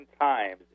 times